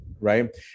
Right